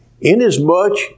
Inasmuch